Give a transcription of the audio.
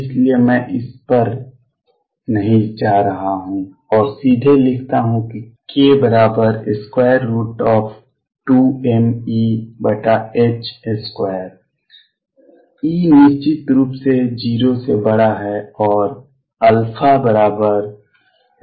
इसलिए मैं इस पर नहीं जा रहा हूं और सीधे लिखता हूं कि k2mE2 E निश्चित रूप से 0 से बड़ा है